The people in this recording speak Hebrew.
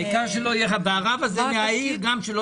אין מחקרים ולא מקובל בעולם לבדוק בדיוק מה העלות העודפת של כל